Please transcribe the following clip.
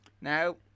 Now